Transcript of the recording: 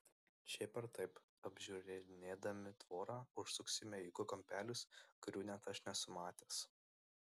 šiaip ar taip apžiūrinėdami tvorą užsuksime į ūkio kampelius kurių net aš nesu matęs